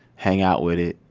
hang out with it,